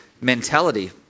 mentality